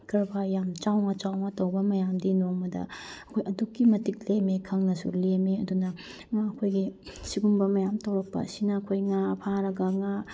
ꯀꯔꯕꯥꯔ ꯌꯥꯝ ꯆꯥꯎꯅ ꯆꯥꯎꯅ ꯇꯧꯕ ꯃꯌꯥꯝꯗꯤ ꯅꯣꯡꯃꯗ ꯍꯣꯏ ꯑꯗꯨꯛꯀꯤ ꯃꯇꯤꯛ ꯂꯦꯝꯃꯦ ꯈꯪꯅꯁꯨ ꯂꯦꯝꯃꯦ ꯑꯗꯨꯅ ꯉꯥ ꯑꯩꯈꯣꯏꯒꯤ ꯁꯤꯒꯨꯝꯕ ꯃꯌꯥꯝ ꯇꯧꯔꯛꯄ ꯑꯁꯤꯅ ꯑꯩꯈꯣꯏ ꯉꯥ ꯐꯥꯔꯒ ꯉꯥ